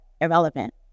irrelevant